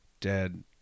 dead